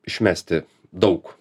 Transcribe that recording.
išmesti daug